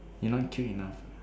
you not cute enough ah